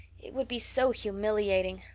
it would be so humiliating.